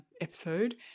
episode